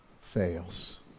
fails